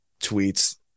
tweets